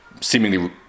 seemingly